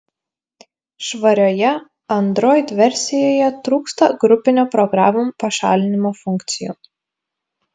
švarioje android versijoje trūksta grupinio programų pašalinimo funkcijų